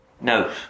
No